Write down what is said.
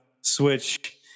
switch